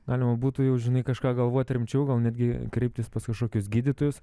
galima būtų jau žinai kažką galvot rimčiau gal netgi kreiptis pas kažkokius gydytojus